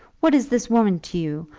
what is this woman to you?